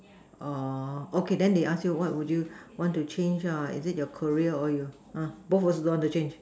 oh okay then they ask you what would you want to change is it your career or your both also don't want to change